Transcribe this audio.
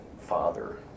father